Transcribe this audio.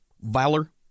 Valor